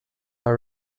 are